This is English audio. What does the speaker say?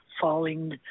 falling